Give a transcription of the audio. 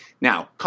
Now